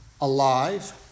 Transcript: alive